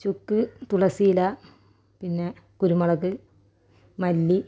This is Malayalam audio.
ചുക്ക് തുളസിയില പിന്നെ കുരുമുളക് മല്ലി